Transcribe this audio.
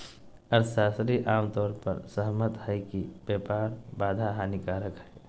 अर्थशास्त्री आम तौर पर सहमत हइ कि व्यापार बाधा हानिकारक हइ